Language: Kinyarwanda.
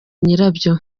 nyirabyo